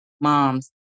moms